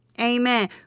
Amen